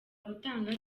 gutanga